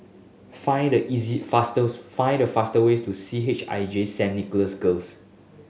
find the easy fastest find the fast way to C H I J Saint Nicholas Girls